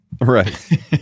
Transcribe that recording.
right